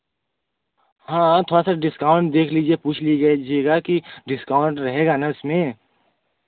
हाँ हाँ थोड़ा सा डिस्काउंट देख लीजिए पूछ लीजिए लीजिएगा कि डिस्काउंट रहेगा ना उसमें